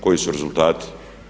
Koji su rezultati?